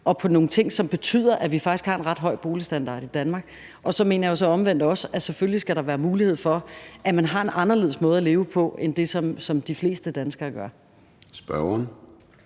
og nogle ting, som betyder, at vi faktisk har en ret høj boligstandard i Danmark. Og så mener jeg jo omvendt også, at der selvfølgelig skal være mulighed for, at man har en anderledes måde at leve på end den, de fleste danskere har. Kl.